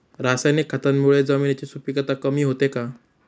रासायनिक खतांमुळे जमिनीची सुपिकता कमी होते का?